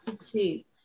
see